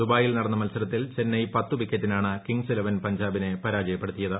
ദുബായിൽ നടന്ന മത്സര്ത്തിൽ ചെന്നൈ പത്ത് വിക്കറ്റിനാണ് കിംഗ്സ് ഇലവൻ പഞ്ചാബിനെ പരാജയപ്പെടുത്തിയത്